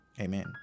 amen